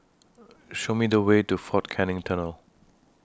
Show Me The Way to Fort Canning Tunnel